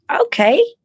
Okay